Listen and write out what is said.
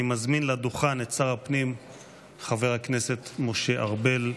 אני מזמין לדוכן את שר הפנים חבר הכנסת משה ארבל,